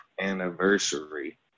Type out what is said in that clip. anniversary